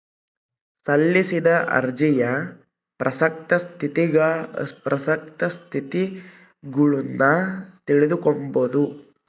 ಸಲ್ಲಿಸಿದ ಅರ್ಜಿಯ ಪ್ರಸಕ್ತ ಸ್ಥಿತಗತಿಗುಳ್ನ ತಿಳಿದುಕೊಂಬದು